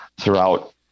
throughout